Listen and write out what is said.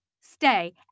stay